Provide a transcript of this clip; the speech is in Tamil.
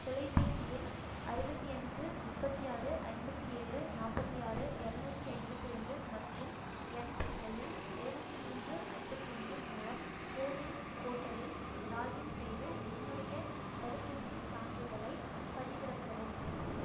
தொலைபேசி எண் அறுபத்தி அஞ்சு முப்பத்தி ஆறு ஐம்பத்தி ஏழு நாற்பத்தி ஆறு இரநூத்தி ஐம்பத்தி ரெண்டு மற்றும் எம்பிஐஎன் எழுபத்தி மூன்று ஐம்பத்தி ஒன்று மூலம் கோவின் போர்ட்டலில் லாகின் செய்து என்னுடைய தடுப்பூசிச் சான்றிதழைப் பதிவிறக்கவும்